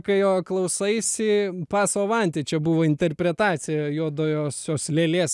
kai jo klausaisi paso vanti čia buvo interpretacija juodosios lėlės